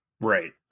right